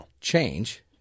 change